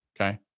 okay